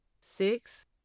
Six